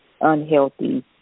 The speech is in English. unhealthy